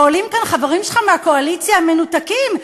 ועולים כאן חברים שלך מהקואליציה, מנותקים.